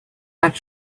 not